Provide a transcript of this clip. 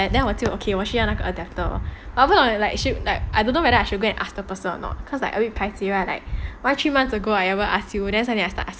like then 我就 okay 我需要那个 adapter but 我不懂 like I don't know whether I should ask or not like a bit paiseh right why three months ago I never ask him then suddenly go ask him